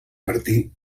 martí